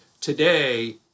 today